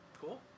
cool